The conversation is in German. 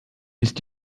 ist